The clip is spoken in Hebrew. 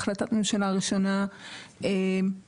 החלטת הממשלה הראשונה בעצם,